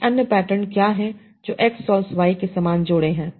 कुछ अन्य पैटर्न क्या हैं जो X सोल्व्स Y के समान जोड़े हैं